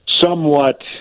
somewhat